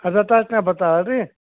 ಅರ್ಧ ತಾಸ್ನಾಗ ಬರ್ತಾವಲ್ಲ ರಿ